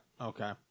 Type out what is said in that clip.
Okay